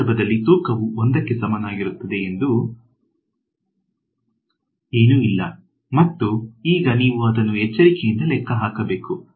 ಈ ಸಂದರ್ಭದಲ್ಲಿ ತೂಕವು 1 ಕ್ಕೆ ಸಮನಾಗಿರುತ್ತದೆ ಎಂಬ ಹೆಚ್ಚುವರಿ ಮಾಹಿತಿಯನ್ನು ನಾನು ನಿಮಗೆ ನೀಡುತ್ತೇನೆ ಸಾಮಾನ್ಯವಾಗಿ ಅವು ಇಷ್ಟೇ ಇರಬೇಕು ಎಂದು ಏನು ಇಲ್ಲ ಮತ್ತು ಆಗ ನೀವು ಅದನ್ನು ಎಚ್ಚರಿಕೆಯಿಂದ ಲೆಕ್ಕ ಹಾಕಬೇಕು